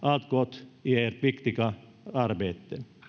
i ert viktiga arbete